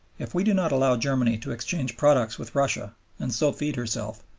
if we do not allow germany to exchange products with russia and so feed herself,